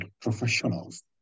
professionals